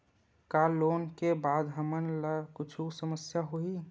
का लोन ले के बाद हमन ला कुछु समस्या होही?